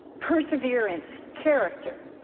perseverance, character,